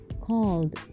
called